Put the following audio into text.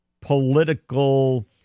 political